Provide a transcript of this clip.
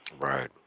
Right